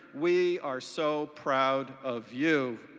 we are so proud of you.